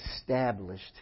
established